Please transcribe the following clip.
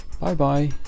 bye-bye